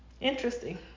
interesting